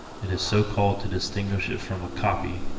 it is so called to distinguish it from a copy,